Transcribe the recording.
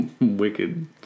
wicked